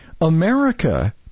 America